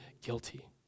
guilty